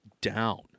down